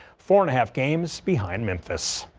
four and a half games behind memphis.